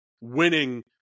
winning